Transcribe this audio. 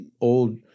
old